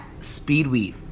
Speedweed